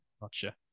Gotcha